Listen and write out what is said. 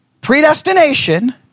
Predestination